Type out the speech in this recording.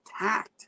attacked